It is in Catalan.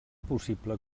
possible